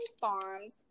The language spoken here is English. Farms